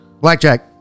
Blackjack